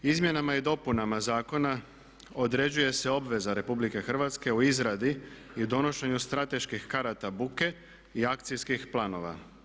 Izmjenama i dopunama zakona određuje se obveza RH u izradi i u donošenju strateških karata buke i akcijskih planova.